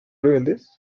rebeldes